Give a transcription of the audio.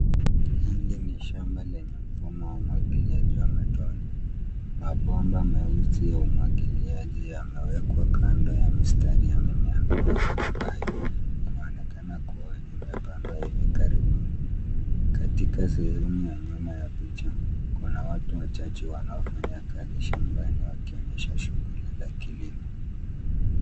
Hili ni ni shamba lenye mfumo wa umwagiliaji wa matone, mabomba meusi ya umwagiliaji yamewekwa kando ya mistari ya mimea, inaonekana kua imepandwa hivi karibuni, katika sehemu ya nyuma picha kuna watu wachache wanaofanya kazi shambani wakionyesha shughuli za kilimo.